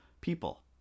people